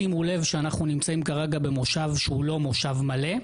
שימו לב שאנחנו נמצאים כרגע במושב שהוא לא מושב מלא,